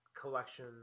collection